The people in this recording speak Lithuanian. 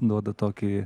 duoda tokį